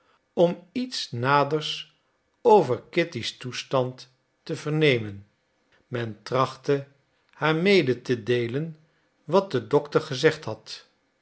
om iets naders over kitty's toestand te vernemen men trachtte haar mede te deelen wat de dokter gezegd had